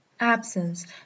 Absence